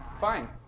Fine